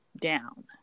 down